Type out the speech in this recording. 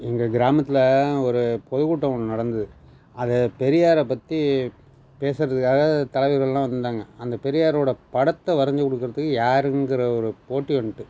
எங்கள் கிராமத்தில் ஒரு பொது கூட்டம் ஒன்று நடந்தது அதை பெரியாரை பற்றி பேசுகிறதுக்காக தலைவர்கள்லாம் வந்திருந்தாங்க அந்த பெரியாரோட படத்தை வரைஞ்சி கொடுக்குறதுக்கு யாருங்கிற ஒரு போட்டி வந்துட்டு